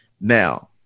Now